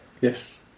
Yes